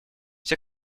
все